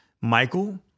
Michael